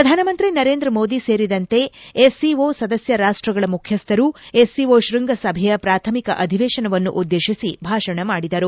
ಪ್ರಧಾನಮಂತ್ರಿ ನರೇಂದ್ರ ಮೋದಿ ಸೇರಿದಂತೆ ಎಸ್ಸಿಓ ಸದಸ್ನ ರಾಷ್ಟಗಳ ಮುಖ್ಚಿಸ್ವರು ಎಸ್ಸಿಓ ಶ್ವಂಗ ಸಭೆಯ ಪ್ರಾಥಮಿಕ ಅಧಿವೇಶನವನ್ನು ಉದ್ಲೇಶಿಸಿ ಭಾಷಣ ಮಾಡಿದರು